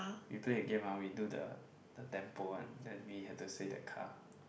we play a game ah we do the the tempo one then we have to say the car